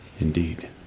Indeed